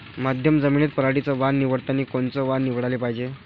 मध्यम जमीनीत पराटीचं वान निवडतानी कोनचं वान निवडाले पायजे?